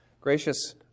Gracious